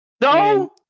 No